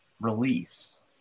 release